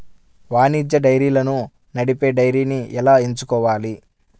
వాణిజ్య డైరీలను నడిపే డైరీని ఎలా ఎంచుకోవాలి?